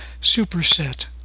superset